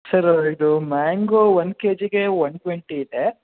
sir ಇದು mango one K ಜಿಗೆ one twenty ಇದೆ